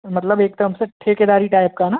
मतलब एकदम से ठेकेदारी टाइप का ना